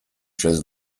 часть